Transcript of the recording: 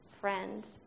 friend